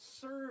serve